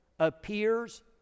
appears